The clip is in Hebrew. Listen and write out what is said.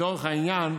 לצורך העניין,